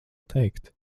teikt